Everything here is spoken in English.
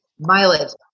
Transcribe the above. mileage